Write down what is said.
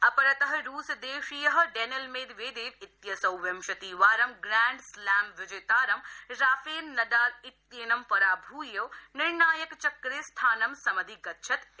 अपरत रूसदेशीय Daniil Medvedev इत्यसौ विंशातिवारं प्रैण्डस्लैम विजेतारं राफेल नडाल इत्येनं पराभूय निर्णायकचक्रे स्थानं समधिगच्छत् इति